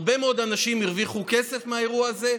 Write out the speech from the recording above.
הרבה מאוד אנשים הרוויחו כסף מהעניין הזה,